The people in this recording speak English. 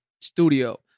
studio